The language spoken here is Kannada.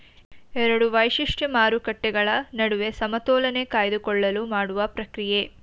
ಎರಡು ವೈಶಿಷ್ಟ್ಯ ಮಾರುಕಟ್ಟೆಗಳ ನಡುವೆ ಸಮತೋಲನೆ ಕಾಯ್ದುಕೊಳ್ಳಲು ಮಾಡುವ ಪ್ರಕ್ರಿಯೆ